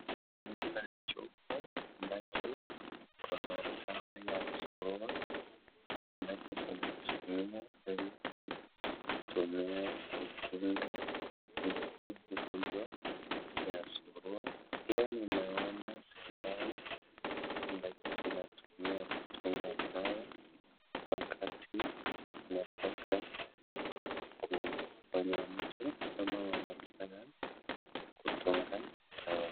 Ninaona chupa ambacho kuna dawa ya surua ambacho zinatumika ili mtu ajikinge dhidi ya ugonjwa ya surua. Pia ninaona sindano ambacho zinatumika kutunga dawa wakati unataka kuponya mtu ama unataka kutunga dawa.